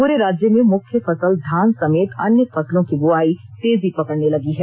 पूरे राज्य में मुख्य फसल धान समेत अन्य फसलों की बुआई तेजी पकड़ने लगी है